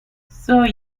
soy